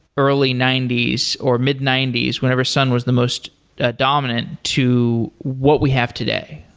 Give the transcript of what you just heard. early ninety s or mid ninety s, whenever sun was the most ah dominant to what we have today?